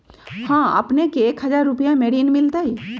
हां अपने के एक हजार रु महीने में ऋण मिलहई?